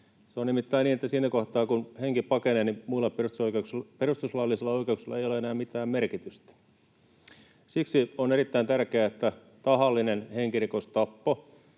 Se on nimittäin niin, että siinä kohtaa, kun henki pakenee, muilla perustuslaillisilla oikeuksilla ei ole enää mitään merkitystä. Siksi on erittäin tärkeää, että tahallinen henkirikos, tappo,